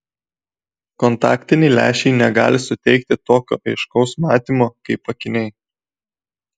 kontaktiniai lęšiai negali suteikti tokio aiškaus matymo kaip akiniai